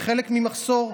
כחלק ממחסור,